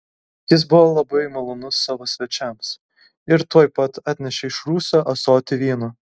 jis buvo labai malonus savo svečiams ir tuoj pat atnešė iš rūsio ąsotį vyno